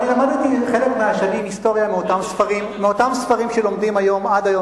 אני למדתי חלק מהשנים היסטוריה מאותם ספרים שלומדים עד היום,